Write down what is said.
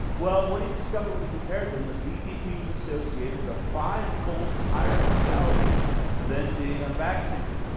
well, what he discovered when he compared them was dtp was associated with a fivefold higher mortality than being unvaccinated.